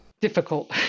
Difficult